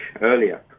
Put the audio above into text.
earlier